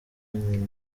nyina